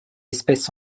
espèce